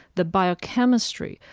the biochemistry,